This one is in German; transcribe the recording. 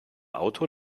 auto